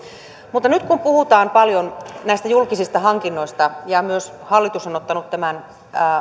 mutta nyt kun puhutaan paljon näistä julkisista hankinnoista ja myös hallitus on ottanut tämän